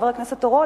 חבר הכנסת אורון,